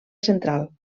central